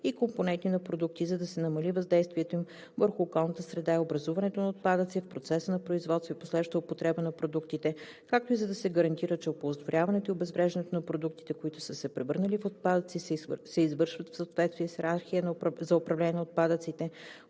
и компоненти на продукти, за да се намали въздействието им върху околната среда и образуването на отпадъци в процеса на производство и последваща употреба на продуктите, както и за да се гарантира, че оползотворяването и обезвреждането на продуктите, които са се превърнали в отпадъци, се извършват в съответствие с йерархия за управление на отпадъците